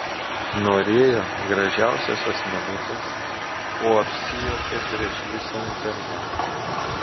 norėjo gražiausios asmenukės o apsijuokė prieš visą internetą